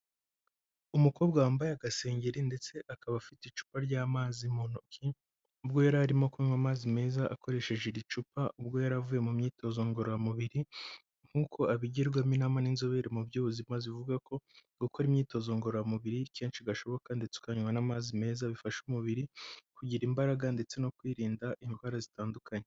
Umukobwa wambaye agasengeri ndetse akaba afite icupa ry'amazi mu ntoki, ubwo yari arimo kunywa amazi meza akoresheje iri cupa ubwo yari avuye mu myitozo ngororamubiri, nk'uko abigirwamo inama n'inzobere mu by'ubuzima zivuga ko gukora imyitozo ngororamubiri kenshi gashoboka ndetse ukanywa n'amazi meza, bifasha umubiri kugira imbaraga ndetse no kwirinda indwara zitandukanye.